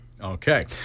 Okay